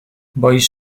boisz